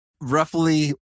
roughly